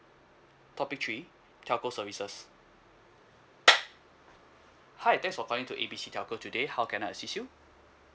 topic three telco services hi thanks for calling to A B C telco today how can I assist you